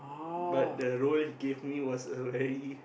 but the role he gave me was a very